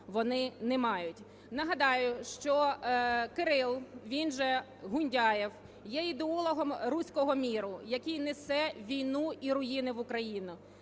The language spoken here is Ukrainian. вони не мають. Нагадаю, що Кирило, він же Гундяєв, є ідеологом "русского миру", який несе війну і руїни в Україну.